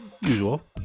usual